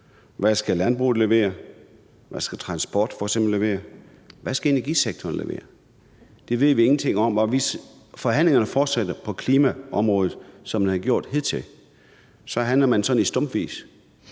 Hvad skal landbruget levere, hvad skal f.eks. transport levere, hvad skal energisektoren levere? Det ved vi ingenting om. Forhandlingerne fortsætter på klimaområdet, som de har gjort hidtil. Så handler man sådan stumpvis: